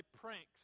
pranks